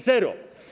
Zero.